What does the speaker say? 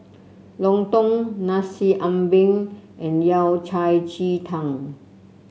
lontong Nasi Ambeng and Yao Cai Ji Tang